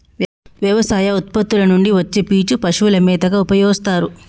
వ్యవసాయ ఉత్పత్తుల నుండి వచ్చే పీచు పశువుల మేతగా ఉపయోస్తారు